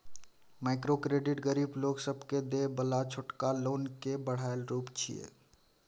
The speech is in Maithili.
माइक्रो क्रेडिट गरीब लोक सबके देय बला छोटका लोन के बढ़ायल रूप छिये